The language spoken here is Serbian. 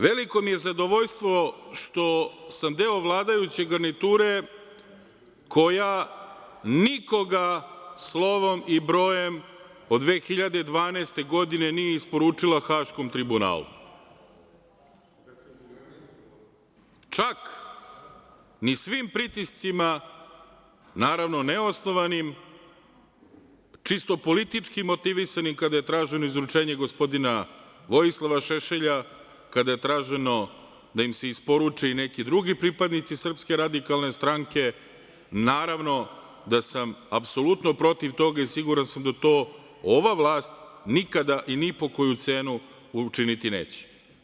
Veliko mi je zadovoljstvo što sam deo vladajuće garniture, koja nikoga slovom i brojem od 2012. godine nije isporučila Haškom tribunalu, čak ni svim pritiscima, naravno neosnovanim, čisto političkim motivisanim kada je traženo izručenje gospodina Vojislava Šešelja, kada je traženo da im se isporuče neki drugi pripadnici SRS, naravno da sam apsolutno protiv toga i siguran sam da to ova vlast nikada i ni po koju cenu učiniti neće.